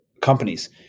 Companies